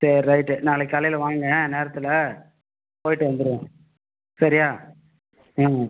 சரி ரைட் நாளைக்கு காலையில வாங்க நேரத்தில் போய்ட்டு வந்துருவோம் சரியா ம்